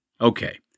Okay